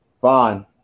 Fine